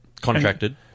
Contracted